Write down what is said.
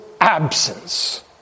absence